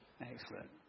Excellent